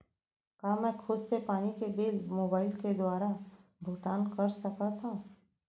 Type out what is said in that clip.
का मैं खुद से पानी के बिल मोबाईल के दुवारा भुगतान कर सकथव?